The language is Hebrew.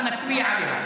אבל נצביע עליה.